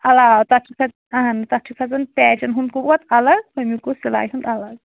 علاوٕ تَتھ چھُ سُہ اہَن تَتھ چھُ کھَسان پیچَن ہُنٛد ہُہ ووت الگ ہُمیُک گوٚو سِلاے ہُنٛد الگ